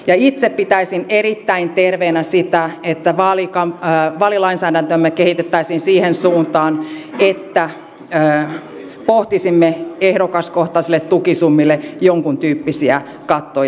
itse pitäisin erittäin terveenä sitä että vaalilainsäädäntöämme kehitettäisiin siihen suuntaan että pohtisimme ehdokaskohtaisille tukisummille jonkuntyyppisiä kattoja